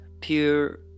pure